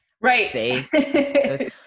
right